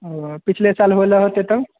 पिछले साल बला होतै तब